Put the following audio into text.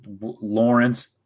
Lawrence